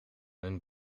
hun